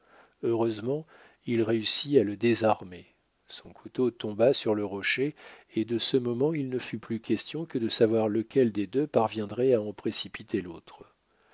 heureusement il réussit à le désarmer son couteau tomba sur le rocher et de ce moment il ne fut plus question que de savoir lequel des deux parviendrait à en précipiter l'autre